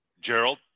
Gerald